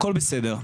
הכל בסדר,